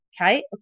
Okay